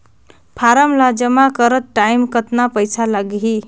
Form ला जमा करत टाइम कतना पइसा लगही?